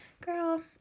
Girl